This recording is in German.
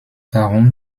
warum